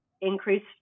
increase